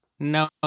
No